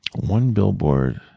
one billboard